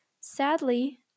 Sadly